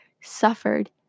suffered